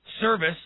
service